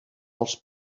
els